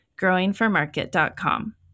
growingformarket.com